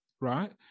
right